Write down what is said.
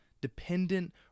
dependent